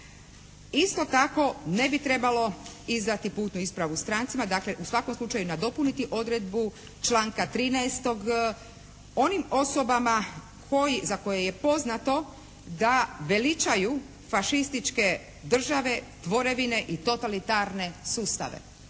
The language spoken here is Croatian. Isto tako ne bi trebalo izdati putnu ispravu strancima. Dakle u svakom slučaju nadopuniti odredbu članka 13. onim osobama koji, za koje je poznato da veličaju fašističke države, tvorevine i totalitarne sustave.